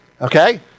okay